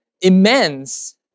immense